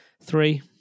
three